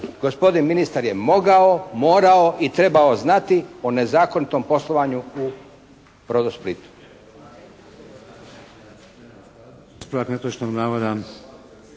gospodin ministar je mogao, morao i trebao znati o nezakonitom poslovanju u "BRodosplitu".